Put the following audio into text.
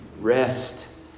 rest